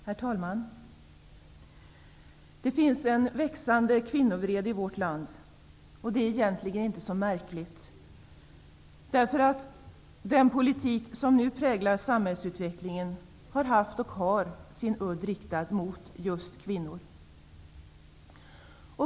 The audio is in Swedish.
Herr talman! Det finns en växande kvinnovrede i vårt land, och det är egentligen inte så märkligt. Den politik som nu präglar samhällsutvecklingen har haft och har sin udd riktad mot just kvinnor.